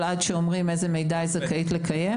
עד שאומרים איזה מידע היא זכאית לקיים?